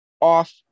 off